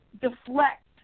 deflect